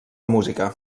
música